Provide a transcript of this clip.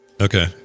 Okay